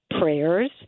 prayers